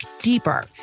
deeper